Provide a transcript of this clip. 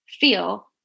feel